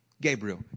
Gabriel